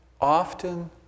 often